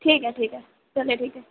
ٹھیک ہے ٹھیے ہے چلیے ٹھیک ہے